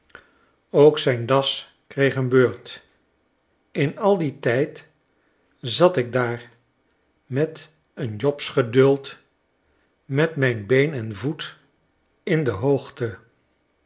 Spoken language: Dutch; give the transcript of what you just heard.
ook zijn das kreeg een beurt in al dien tijd zat ik daar met een jobsgeduld met mijn been en voet in de hoogte